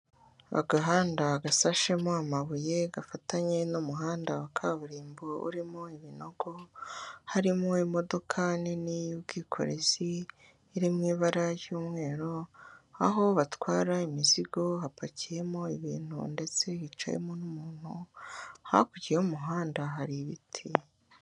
Agahanda gasashemo amabuye gafatanye n'umuhanda wa kaburimbo urimo ibinogo harimo imodoka nini y'ubwikorezi iri mu ibara ry'umweru, aho batwara imizigo hapakiyemo ibintu ndetse hicayemo n'umuntu hakurya y'umuhanda hari ibiti.